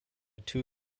two